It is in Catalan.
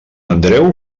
andreu